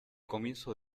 comienzo